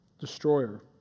destroyer